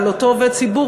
על אותו עובד ציבור,